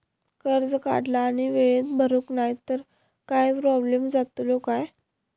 कर्ज काढला आणि वेळेत भरुक नाय तर काय प्रोब्लेम जातलो काय?